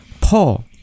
Paul